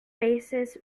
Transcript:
basses